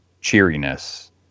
cheeriness